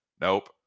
Nope